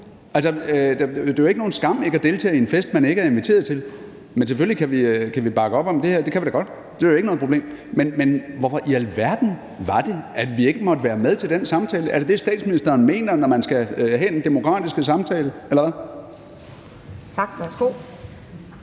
Det er jo ikke nogen skam ikke at deltage i en fest, som man ikke er inviteret til. Men vi kan selvfølgelig bakke op om det her. Det kan vi da godt. Det er ikke noget problem. Men hvorfor i alverden var det, at vi ikke måtte være med til den samtale? Er det det, statsministeren mener med, at man skal have en demokratisk samtale? Eller